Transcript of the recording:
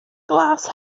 glas